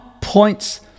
points